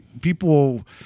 people